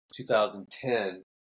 2010